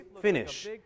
finish